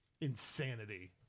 insanity